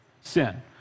Sin